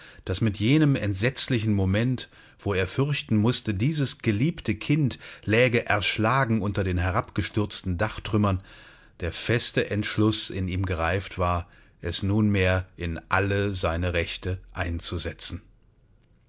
daß mit jenem entsetzlichen moment wo er fürchten mußte dieses geliebte kind läge erschlagen unter den herabgestürzten dachtrümmern der feste entschluß in ihm gereift war es nunmehr in alle seine rechte einzusetzen